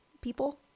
people